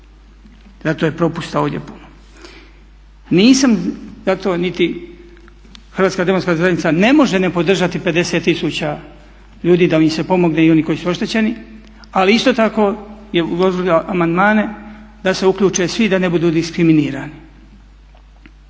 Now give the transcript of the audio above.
Zato je propusta ovdje puno. Nisam za to niti Hrvatska demokratska zajednica ne može ne podržati 50 tisuća ljudi da im se pomogne i oni koji su oštećeni ali isto tako je uložila amandmane da se uključe svi da ne budu diskriminirani.